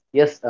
Yes